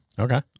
Okay